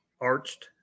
arched